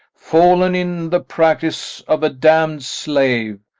fall'n in the practice of a damned slave,